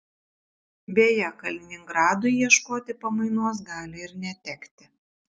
beje kaliningradui ieškoti pamainos gali ir netekti